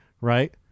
right